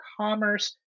commerce